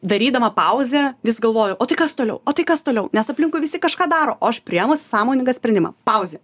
darydama pauzę vis galvojau o tai kas toliau o tai kas toliau nes aplinkui visi kažką daro o aš priėmus sąmoningą sprendimą pauzę